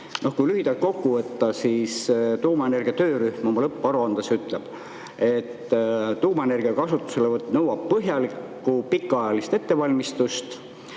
Kui lühidalt kokku võtta, siis tuumaenergia töörühm ütleb oma lõpparuandes, et tuumaenergia kasutuselevõtt nõuab põhjalikku pikaajalist ettevalmistust